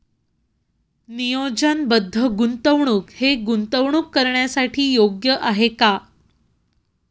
नियोजनबद्ध गुंतवणूक हे गुंतवणूक करण्यासाठी योग्य आहे का?